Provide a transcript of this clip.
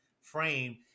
frame